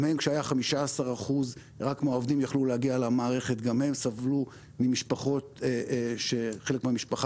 כשהיה רק 15% מהעובדים שיכלו להגיע למערכת גם הם סבלו מכך שחלק מהמשפחה